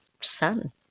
Son